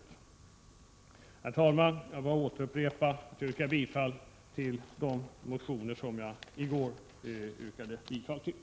Herr talman! Jag vill upprepa mitt yrkande från i går — och yrkar alltså bifall till de motioner som jag då yrkade bifall till.